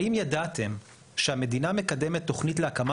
האם ידעתם שהמדינה מקדמת תוכנית להקמה